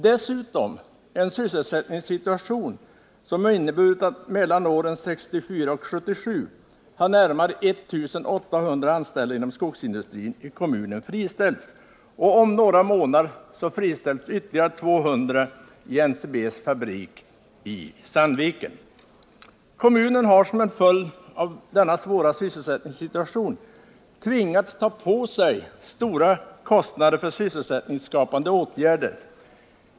Dessutom har sysselsättningssituationen inneburit att mellan åren 1964 och 1977 närmare 1 800 anställda friställts inom skogsindustrin i kommunen. Om några månader friställs ytterligare 200 personer i NCB:s fabrik i Sandviken. Kommunen har som en följd av denna svåra sysselsättningssituation Nr 147 tvingats ta på sig stora kostnader för syssselsättningsskapande åtgärder.